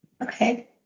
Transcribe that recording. Okay